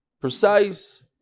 precise